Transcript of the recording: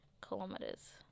kilometers